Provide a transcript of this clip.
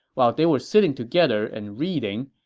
while they were sitting together and reading,